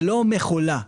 לא מכולה.